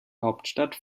hauptstadt